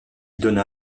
donna